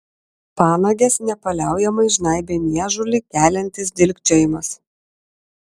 panages nepaliaujamai žnaibė niežulį keliantis dilgčiojimas